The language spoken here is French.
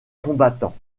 combattants